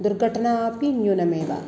दुर्घटनाः अपि न्यूनाः एव